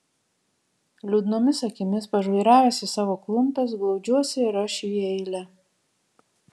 liūdnomis akimis pažvairavęs į savo klumpes glaudžiuosi ir aš į eilę